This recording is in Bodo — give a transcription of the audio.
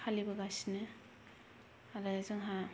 फालिबोगासिनो आरो जोंहा